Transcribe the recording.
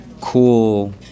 cool